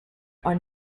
are